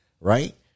right